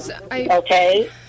Okay